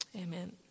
Amen